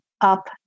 up